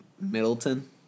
Middleton